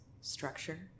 structure